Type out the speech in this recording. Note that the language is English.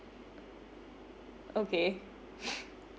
okay